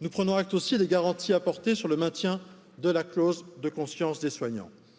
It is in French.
Nous prenons acte aussi des garanties apportées sur le maintien de la clause de confiance des soignants